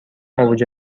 اوج